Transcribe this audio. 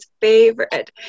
favorite